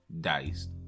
diced